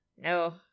No